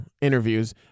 interviews